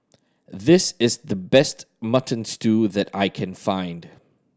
this is the best Mutton Stew that I can find